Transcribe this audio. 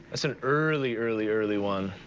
that's an early, early, early one.